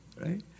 Right